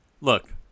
Look